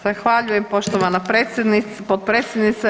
Zahvaljujem poštovana potpredsjednice.